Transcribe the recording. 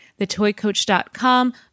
thetoycoach.com